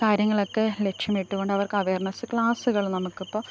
കാര്യങ്ങളൊക്കെ ലക്ഷ്യമിട്ടുകൊണ്ട് അവര്ക്ക് അവേര്ന്നസ് ക്ലാസുകള് നമുക്കിപ്പോൾ